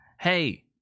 hey